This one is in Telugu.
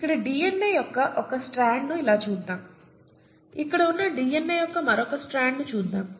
ఇక్కడ డిఎన్ఏ యొక్క ఒక స్ట్రాండ్ను ఇలా చూద్దాం ఇక్కడ ఉన్న డిఎన్ఏ యొక్క మరొక స్ట్రాండ్ను చూద్దాం